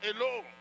alone